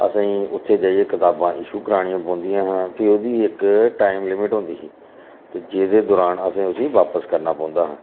असेंई उत्थै जाइयै कताबां इशू करानियां पौंदियां हियां फ्ही ओह्दी इक टाइम लिमिट होंदी ही ते जेहदे दौरान असें उसी बापस करने पौंदा हा